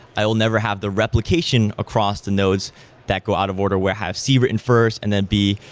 i will never have the replication across the nodes that go out of order where have c written first and then b,